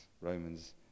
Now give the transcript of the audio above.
Romans